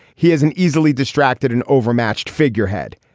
he has an easily distracted and overmatched figurehead.